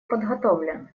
подготовлен